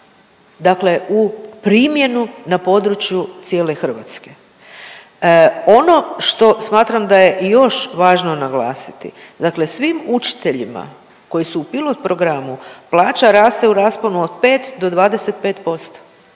dakle u primjenu na području cijele Hrvatske. Ono što smatram da je i još važno naglasiti dakle svim učiteljima koji su u pilot programu, plaća raste u rasponu od 5 do 25%.